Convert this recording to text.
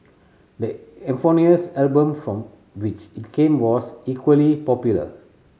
the eponymous album from which it came was equally popular